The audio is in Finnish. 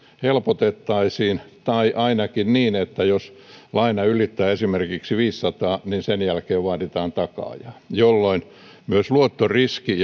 helpotettaisiin tai ainakin jos laina ylittää esimerkiksi viisisataa niin sen jälkeen vaaditaan takaajaa jolloin myös luottoriski